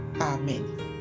Amen